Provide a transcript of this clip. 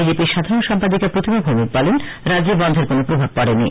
বিজেপির সাধারণ সম্পাদিকা প্রতিমা ভৌমিক বলেন রাজ্যে বনধের কোন প্রভাব পডেনি